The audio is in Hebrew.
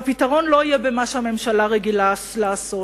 והפתרון לא יהיה במה שהממשלה רגילה לעשות,